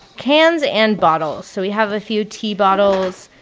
cans and bottles. so we have a few tea bottles.